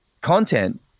content